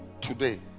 today